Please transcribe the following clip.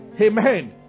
Amen